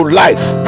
life